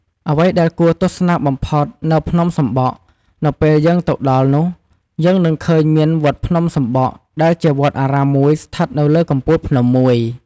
អ្វីដែលគួរទស្សនាបំផុតនៅភ្នំសំបក់នៅពេលយើងទៅដល់នោះយើងនឹងឃើញមាន វត្តភ្នំសំបក់ ដែលជាវត្តអារាមមួយស្ថិតនៅលើកំពូលភ្នំមួយ ។